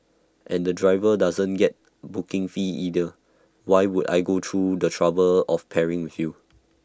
and the driver doesn't get booking fee either why would I go through the trouble of pairing with you